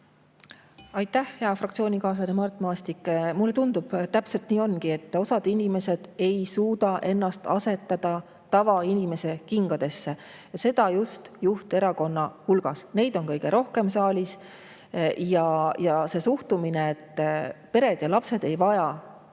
Aitäh, hea fraktsioonikaaslane Mart Maastik! Mulle tundub, et täpselt nii ongi: osa inimesi ei suuda ennast asetada tavainimese kingadesse ja seda just juhterakonna hulgas – neid on saalis kõige rohkem. See suhtumine, et pered ja lapsed ei vaja